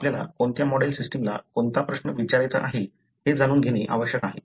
आपल्याला कोणत्या मॉडेल सिस्टमला कोणता प्रश्न विचारायचा आहे हे जाणून घेणे आवश्यक आहे